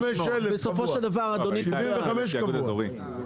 בסופו של דבר אדוני -- 75 אלף קבוע.